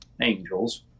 angels